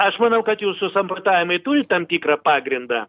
aš manau kad jūsų samprotavimai turi tam tikrą pagrindą